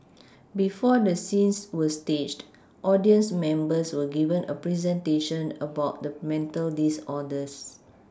before the scenes were staged audience members were given a presentation about the mental disorders